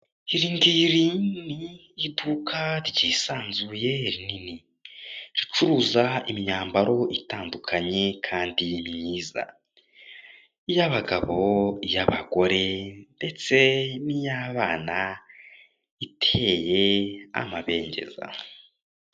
Iri ngiri ni iduka ryisanzuye ririni. Ricuruza imyambaro itandukanye kandi myiza. Iy'abagabo, iy'abagore ndetse n'iyabana, iteye amabengeza.